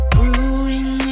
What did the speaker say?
Brewing